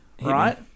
right